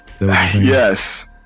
Yes